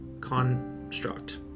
construct